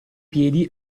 piedi